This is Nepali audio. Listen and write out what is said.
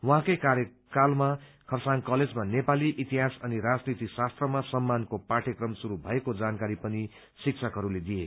उहाँ कै कार्यकालमा खरसाङ कलेजमा नेपाली इतिहास अनि राजनीति शास्त्रमा सम्मानको पाठयक्रम शुरू भएको जानकारी पनि शिक्षकहरूले दिए